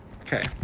Okay